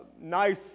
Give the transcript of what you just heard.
nice